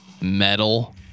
metal